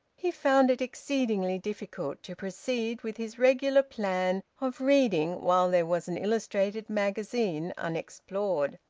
he found it exceedingly difficult to proceed with his regular plan of reading while there was an illustrated magazine unexplored.